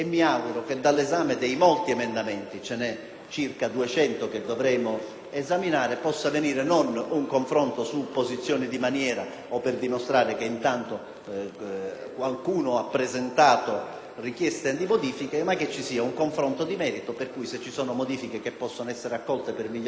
circa 200 da esaminare - possa venire non un confronto su posizioni di maniera o solo per dimostrare che qualcuno ha presentato richieste di modifiche, ma un confronto di merito per cui se ci sono modifiche che possono essere accolte per migliorare il provvedimento, così come fatto in Commissione,